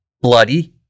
bloody